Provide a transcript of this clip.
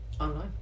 online